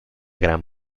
gran